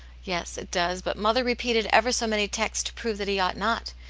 yes, it does. but mother repeated ever so many texts to prove that he ought not.